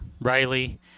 Riley